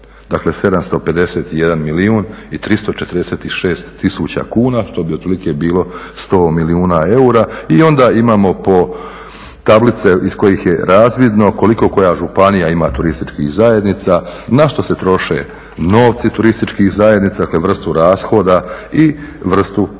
Dakle 751 milijun i 346 tisuća kuna što bi otprilike bilo 100 milijuna eura. I onda imamo po tablice iz kojih je razvidno koliko koja županija ima turističkih zajednica, na što se troše novci turističkih zajednica, dakle vrstu rashoda i vrstu prihoda.